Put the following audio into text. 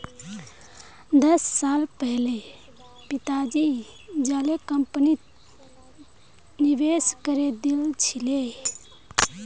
दस साल पहले पिताजी जाली कंपनीत निवेश करे दिल छिले